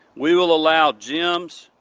we will allow gyms,